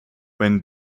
when